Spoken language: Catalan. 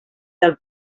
del